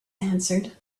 answered